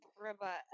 Robot